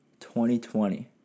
2020